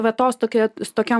va tos tokia su tokia